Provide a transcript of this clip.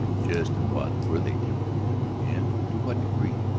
just in what were they different and to what degree?